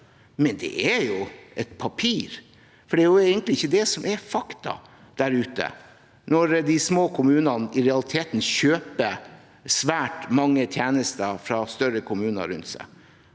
men det er jo et papir. Det er egentlig ikke det som er faktum der ute når de små kommunene i realiteten kjøper svært mange tjenester fra større kommuner rundt seg,